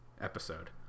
episode